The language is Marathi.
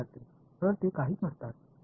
विद्यार्थी सर ते काहीच नसतात